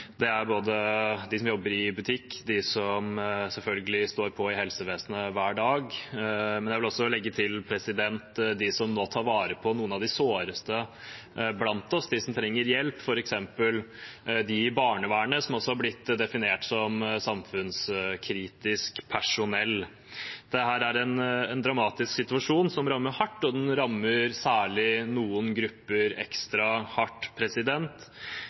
Det er de som jobber i butikk, det er selvfølgelig de som står på i helsevesenet hver dag, men jeg vil også legge til: de som nå tar vare på noen av de såreste blant oss, på dem som trenger hjelp, og det er f.eks. de som jobber i barnevernet, som også er blitt definert som samfunnskritisk personell. Dette er en dramatisk situasjon som rammer hardt, og den rammer særlig noen grupper ekstra hardt.